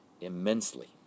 immensely